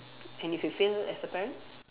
and if you fail as a parent